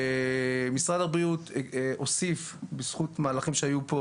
משרד הבריאות הוסיף, בזכות מהלכים שהיו פה,